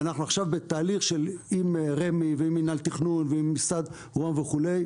ואנחנו עכשיו בתהליך עם רמ"י ועם מינהל תכנון ועם משרד רוה"מ וכו'.